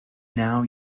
now